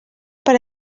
per